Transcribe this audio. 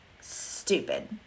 stupid